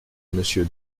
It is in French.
monsieur